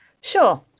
sure